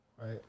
right